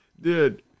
Dude